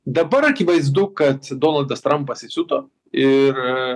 dabar akivaizdu kad donaldas trampas įsiuto ir